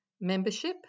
membership